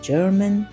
German